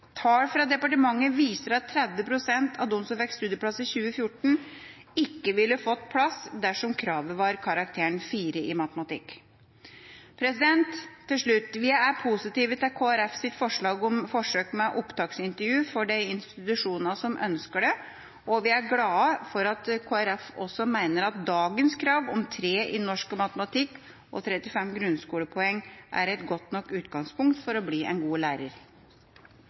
Tall fra departementet viser at 30 pst. av de som fikk studieplass i 2014, ikke ville fått plass dersom kravet var karakteren 4 i matematikk. Til slutt: Vi er positive til Kristelig Folkepartis forslag om forsøk med opptaksintervju for de institusjonene som ønsker det, og vi er glade for at Kristelig Folkeparti også mener at dagens krav om 3 i norsk og matematikk og 35 grunnskolepoeng er et godt nok utgangspunkt for å bli en god lærer.